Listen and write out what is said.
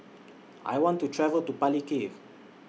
I want to travel to Palikir